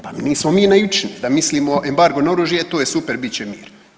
Pa nismo mi naivčine da mislimo embargo na oružje, e to je super bit će mir.